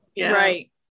right